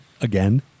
Again